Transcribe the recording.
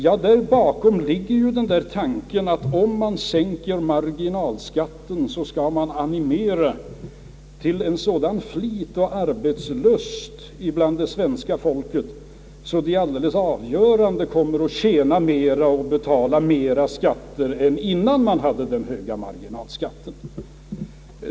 Ja, bakom det ligger ju den tanken att om man sänker marginalskatten skall det animera svenska folket till en sådan fiit och arbetslust att inkomsterna och därmed skatteintäkterna kommer att bli avgjort större än vid den höga marginalskatten.